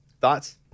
Thoughts